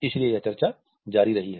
इसलिए यह चर्चा जारी रही है